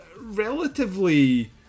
relatively